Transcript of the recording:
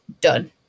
done